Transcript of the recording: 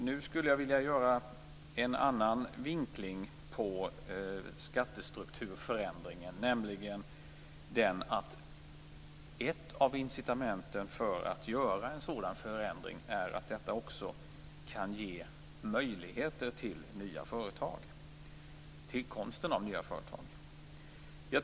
Nu skulle jag vilja ge en annan vinkling på skattestrukturförändring, nämligen att ett av incitamenten för att göra en sådan förändring är att detta också kan ge möjligheter till tillkomst av nya företag.